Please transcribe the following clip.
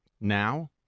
now